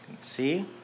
see